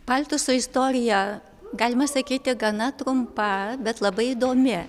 paltuso istorija galima sakyti gana trumpa bet labai įdomi